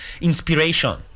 inspiration